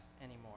anymore